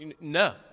No